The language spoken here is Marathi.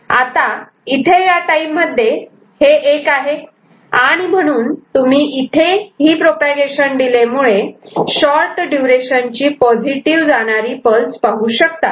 आता इथे या टाईम मध्ये हे 1 आहे आणि म्हणून तुम्ही इथे ही प्रोपागेशन डिले मुळे शॉर्ट ड्युरेशन ची पॉझिटिव जाणारी पल्स पाहू शकतात